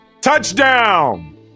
touchdown